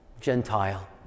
Gentile